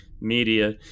media